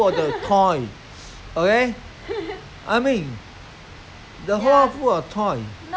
so many toys for them already they don't know how to 爱护 the toys okay how to cherish